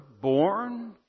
born